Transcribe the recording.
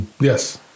yes